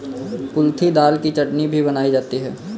कुल्थी दाल की चटनी भी बनाई जाती है